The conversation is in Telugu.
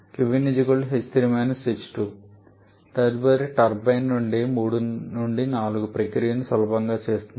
కాబట్టి తదుపరిది టర్బైన్ 3 నుండి 4 ప్రక్రియను సులభతరం చేస్తుంది